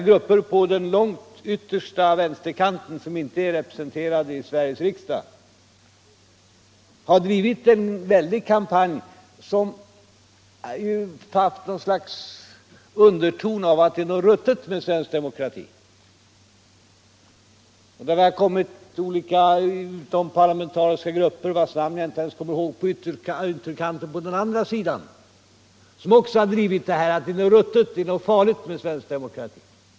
Grupper på den allra yttersta vänsterkanten som inte är representerade i Sveriges riksdag har bedrivit en väldig kampanj som haft undertonen att det är något ruttet med svensk demokrati. Och olika utomparlamentariska grupper, vars namn jag inte ens kommer ihåg, på ytterkanten åt andra hållet har också drivit detta med att det är något ruttet och farligt med svensk demokrati.